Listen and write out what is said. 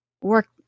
Work